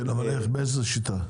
כן אבל באיזו שיטה?